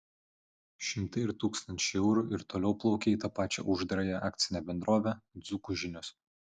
šimtai ir tūkstančiai eurų ir toliau plaukia į tą pačią uždarąją akcinę bendrovę dzūkų žinios